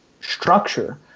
structure